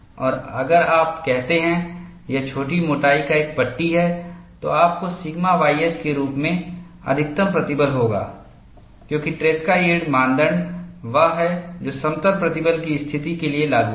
और अगर आप कहते हैं यह छोटी मोटाई का एक पट्टी है तो आपको सिग्मा ys के रूप में अधिकतम प्रतिबल होगा क्योंकि ट्रेसका यील्ड मानदंड वह है जो समतल प्रतिबल की स्थिति के लिए लागू है